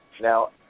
Now